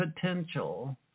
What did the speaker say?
potential